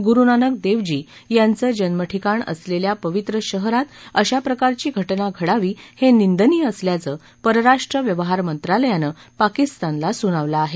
गुरु नानक देवजी यांचं जन्मठिकाण असलेल्या पवित्र शहरात अशा प्रकारची घटना घडावी हे निंदनीय असल्याचं परराष्ट्र व्यवहार मंत्रालयानं पाकिस्तानला सुनावलं आहे